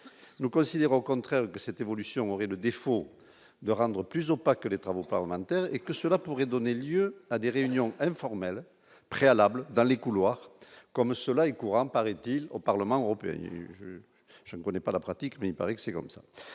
nous considérons au contraire que cette évolution et le défaut de rendre plus opaque, les travaux parlementaires et que cela pourrait donner lieu à des réunions informelles préalables dans les couloirs, comme cela est courant Paris-t-il au Parlement européen je je ne connais pas la pratique mais il paraît que c'est comme ça,